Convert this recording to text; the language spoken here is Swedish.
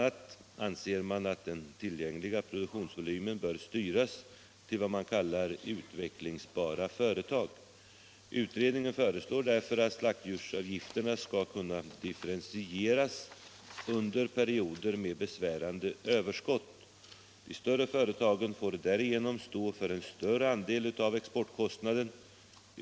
a. anser man att den tillgängliga produktionsvolymen bör styras till vad man kallar utvecklingsbara företag. Utredningen föreslår därför att slaktdjursavgifterna skall kunna differentieras under perioder med besvärande överskott. De större företagen får därigenom stå för en större andel av exportkostnaden.